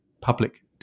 public